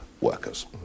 workers